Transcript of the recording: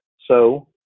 so,